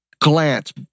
glance